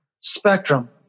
spectrum